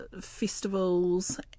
festivals